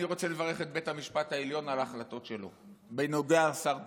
אני רוצה לברך את בית המשפט העליון על ההחלטות שלו בנוגע לשר דרעי.